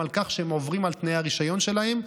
על כך שהם עוברים על תנאי הרישיון שלהם.